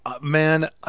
Man